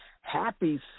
Happy